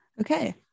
Okay